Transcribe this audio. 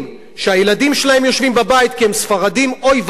הם ספרדים: אוי ואבוי אם תעזו להתלונן.